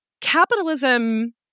capitalism